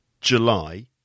July